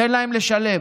תן להם לשלם.